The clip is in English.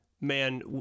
man